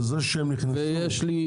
וזה שהם נכנסו לוועדות זה חשוב מאוד.